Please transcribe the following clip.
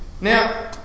Now